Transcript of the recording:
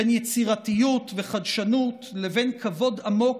בין יצירתיות וחדשנות לבין כבוד עמוק